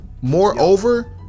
Moreover